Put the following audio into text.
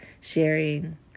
sharing